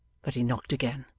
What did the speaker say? but he knocked again.